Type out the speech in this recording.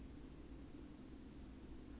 where do you think it was a tramp stamp